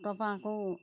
তাৰ পৰা আকৌ